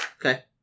Okay